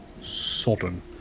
sodden